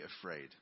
afraid